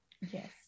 Yes